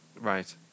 Right